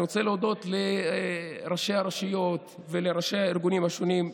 אני רוצה להודות לראשי הרשויות ולראשי הארגונים השונים,